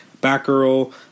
Batgirl